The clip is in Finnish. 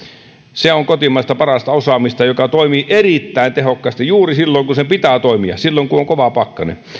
se on kotimaista parasta osaamista joka toimii erittäin tehokkaasti juuri silloin kun sen pitää toimia silloin kun on kova pakkanen vuoden